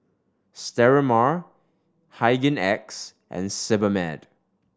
Sterimar Hygin X and Sebamed